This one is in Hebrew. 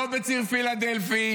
לא בציר פילדלפי,